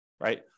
Right